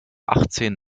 achtzehn